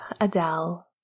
Adele